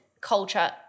culture